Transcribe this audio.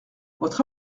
votre